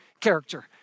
character